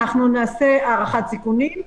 נעשה הערכת סיכונים,